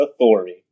authority